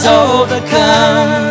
overcome